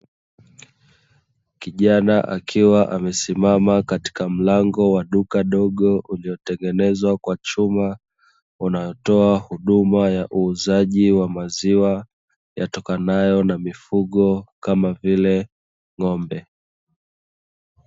Kijana akiwa amesimama katika mlango wa duka dogo, uliotengenezwa kwa chuma, unaotoa huduma ya uuzaji wa maziwa yatokanayo na mifugo kama vile ng'ombe.